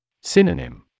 Synonym